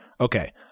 Okay